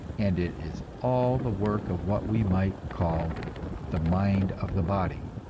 and it is all the work of what we might call the mind of the body.